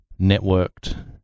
networked